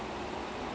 and you know